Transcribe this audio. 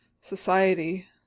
society